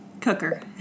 Cooker